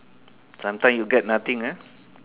sometimes you get nothing ah